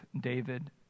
David